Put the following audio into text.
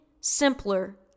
simpler